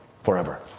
forever